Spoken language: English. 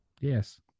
Yes